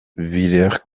villers